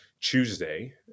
Tuesday